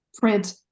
print